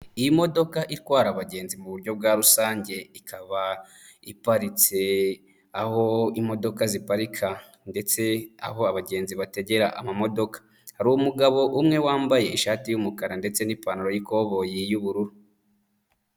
Imodoka itwara abagenzi muburyo bwa rusange, ikaba iparitse aho imodoka ziparika ndetse aho abagenzi bategera amamodoka, hari umugabo umwe wambaye ishati y'umukara ndetse n'ipantaro y'ikoboyi y'ubururu.